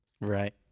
Right